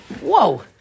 whoa